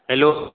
hello